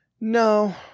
No